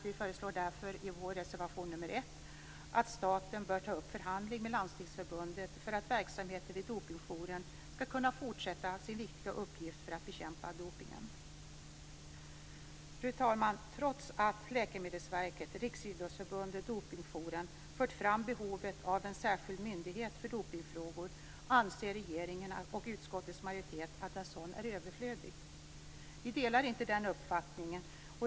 Vi föreslår därför i vår reservation nr 1 att staten bör ta upp förhandling med Landstingsförbundet för att verksamheten vid Dopingjouren skall kunna fortsätta sin viktiga uppgift att bekämpa dopningen. Fru talman! Trots att Läkemedelsverket, Riksidrottsförbundet och Dopingjouren har fört fram behovet av en särskild myndighet för dopningsfrågor anser regeringen och utskottets majoritet att en sådan är överflödig. Vi delar inte den uppfattningen.